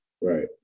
Right